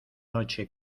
noche